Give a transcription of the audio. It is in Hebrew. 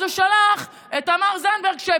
אז הוא שלח את תמר זנדברג,